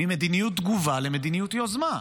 ממדיניות תגובה למדיניות יוזמה.